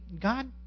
God